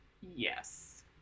yes